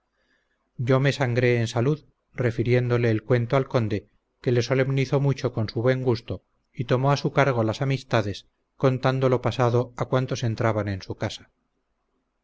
yo me sangré en salud refiriéndole el cuento al conde que le solemnizó mucho con su buen gusto y tomó a su cargo las amistades contando lo pasado a cuantos entraban en su casa